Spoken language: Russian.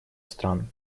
стран